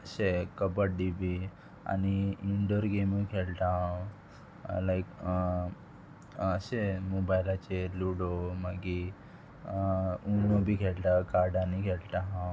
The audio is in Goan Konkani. अशें कबड्डी बी आनी इनडोर गेमूय खेळटा हांव लायक अशें मोबायलाचेर लुडो मागीर उनो बी खेळटा कार्डानी खेळटा हांव